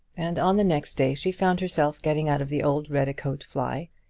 and on the next day she found herself getting out of the old redicote fly,